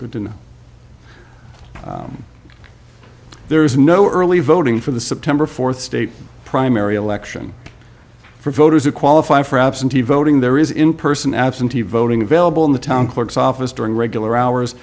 in there's no early voting for the september fourth state primary election for voters who qualify for absentee voting there is in person absentee voting available in the town clerk's office during regular hours